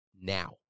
now